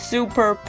Super